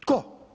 Tko?